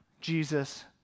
Jesus